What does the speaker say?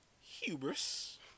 hubris